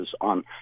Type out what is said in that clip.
on